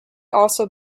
also